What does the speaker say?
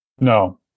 No